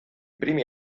primi